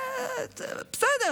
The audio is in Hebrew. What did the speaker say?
בסדר.